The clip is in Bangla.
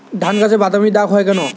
ধানগাছে বাদামী দাগ হয় কেন?